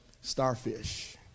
starfish